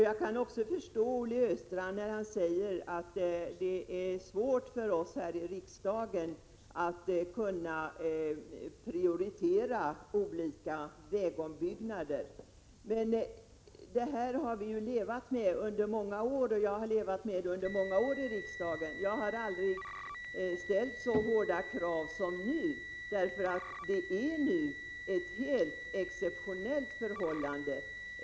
Jag kan också förstå Olle Östrand när han säger att det är svårt för oss här i riksdagen att prioritera olika vägombyggnader. Man har ju levat med det här problemet under många år i riksdagen. Jag har aldrig ställt så hårda krav som i dag. Nu är det helt exceptionella förhållanden.